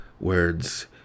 words